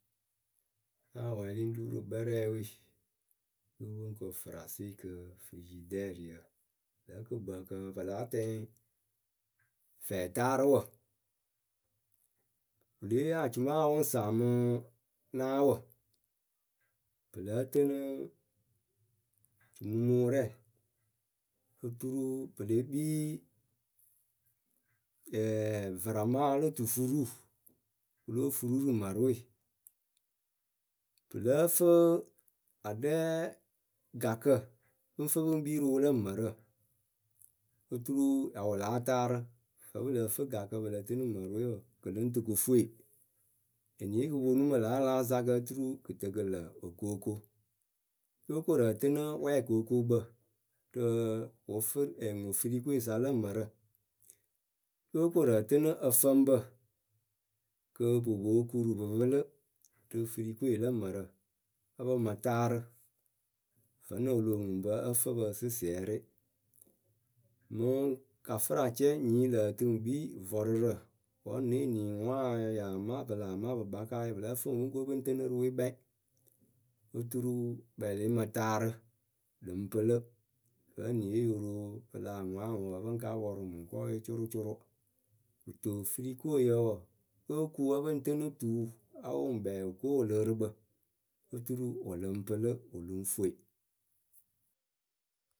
Nah wɛɛlɩ ŋ́ ru rɨ kpɛrɛ we:. pɨ lóo pwo mɨ kɨfɨraŋsɩkǝ fɨrizidɛɛrɩyǝ lǝ̌ kɨkpǝǝkǝǝ pɨ láa tɛŋ fɛɛtaarɨwǝ Wɨ lée yee acʊmaa wɨ ŋ saŋ mɨɨ naawǝ Pɨ lǝ́ǝ tɨnɨ tumumuŋwɨ rɛ Oturu pɨ le kpii ɛɛ varamaa lo tufuruu, pɨ lóo furu rɨ mǝrɨ we Pɨ lǝ́ǝ fɨ aɖɛɛ gakǝ pɨ ŋ fɨ pɨ ŋ kpii rɨ wɨlǝ mǝrǝ Oturu wɨ ya wɨ láa taarɨ, vǝ́ pɨ lǝ fɨ gakǝ pɨ lǝ tɨnɨ rɨ mǝrɨ we wɔ, kɨ lɨŋ tɨ kɨ fwe Eni we yɨ ponu mɨ lǝ̈ a láa zaŋ kɨ oturu kɨ tɨ kɨ lǝ okooko Yóo koru ǝtɨnɨ wɛɛkookookpǝ rɨ wʊ fɨ ɛɛ ŋwʊ firigoyɨ sa lǝ mǝrǝ Yóo koru ǝtɨnɨ ǝfǝŋbǝ. kɨ pɨ poo kuru pɨ pɨlɨ rɨ fɨrigoo lǝ mǝrǝ. Pɨ ŋ mɨ taarɨ, vǝ́nɨ o loh ŋuŋ ǝ́ǝ fɨ pɨ sɩsiɛrɩ Mɨŋ kafɨracɛ nyii lǝǝ tɨ ŋ kpii vɔrʊrǝ, wǝ́ ne eniŋŋwaa yǝ yaa ma, pɨ laa maa pɨ kpaka yɨ. pɨ lǝ́ǝ fɨ pɨ ŋ ko pɨ ŋ tɨnɨ rɨ we kpɛ Oturu kpɛlɩ ŋ mɨ taarɨ Lɨŋ pɨlɨ, vǝ́ eniye yo ro pɨ lah ŋwaa ŋwʊ wɔɔ, pɨ ŋ ka pɔrʊ ŋwʊ mɨŋkɔɔwe cʊrʊcʊrʊ Kɨto fɨrikoyǝ wǝ, lóo ku ǝ pɨ ŋ tɨnɨ tuu a wɨ ŋ kpɛɛ wɨ ko wɨlɨɨrɨkpǝ Oturu wɨ lɨŋ pɨlɨ, wɨ lɨŋ fwe.